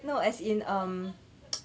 no as in um